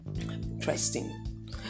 Interesting